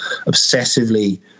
obsessively